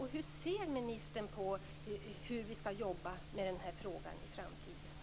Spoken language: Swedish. Hur tycker ministern att vi skall jobba med den här frågan i framtiden?